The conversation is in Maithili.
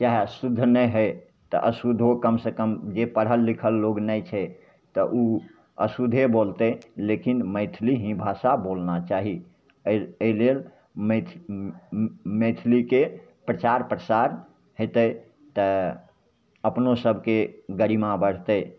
चाहे शुद्ध नहि होइ अशुद्धो कमसे कम जे पढ़ल लिखल लोक नहि छै तऽ ओ अशुद्धे बोलतै लेकिन मैथिली ही भाषा बोलना चाही एहि लेल मि मि मि मैथिलीके प्रचार प्रसार हेतै तऽ अपनो सभके गरिमा बढ़तै